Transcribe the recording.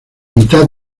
mitad